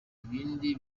ibindi